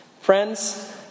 Friends